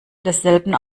desselben